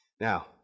Now